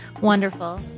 wonderful